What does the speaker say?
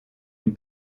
une